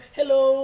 Hello